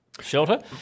Shelter